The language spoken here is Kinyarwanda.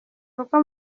urwo